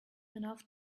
enough